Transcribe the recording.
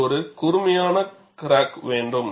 நீங்கள் ஒரு கூர்மையான கிராக் வேண்டும்